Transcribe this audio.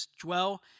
dwell